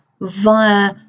via